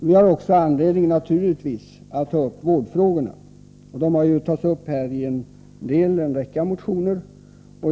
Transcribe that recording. Vi har naturligtvis också anledning att ta upp vårdfrågorna, och de har tagits uppi en hel rad motioner.